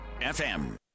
fm